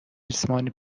ریسمان